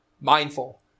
mindful